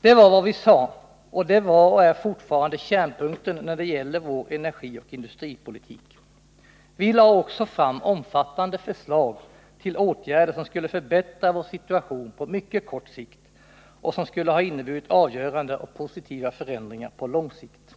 Det var vad vi sade, och det var och är fortfarande kärnpunkten när det gäller vår energioch industripolitik. Vi lade också fram omfattande förslag till åtgärder som skulle förbättra vår situation på mycket kort sikt och som skulle ha inneburit avgörande och positiva förändringar på lång sikt.